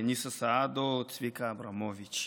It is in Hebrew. ניסו סעדו, צביקה אברמוביץ.